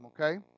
okay